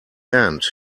end